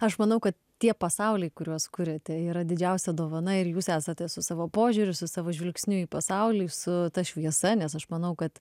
aš manau kad tie pasauliai kuriuos kuriate yra didžiausia dovana ir jūs esate su savo požiūriu su savo žvilgsniu į pasaulį su ta šviesa nes aš manau kad